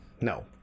No